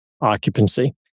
occupancy